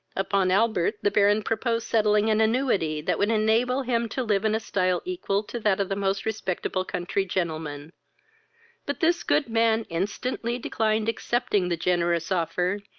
upon albert the baron proposed settling an annuity that would enable him to live in a stile equal to that of the most respectable country gentleman but this good man instantly declined accepting the generous offer,